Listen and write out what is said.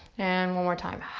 and one more time.